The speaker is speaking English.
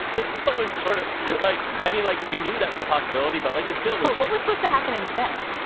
this was sort of like i mean, like we knew that was a possibility. but like this bill was what was supposed to happen instead.